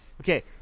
Okay